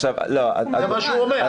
זה מה שהוא אומר.